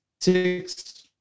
six